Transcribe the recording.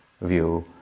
view